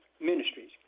Ministries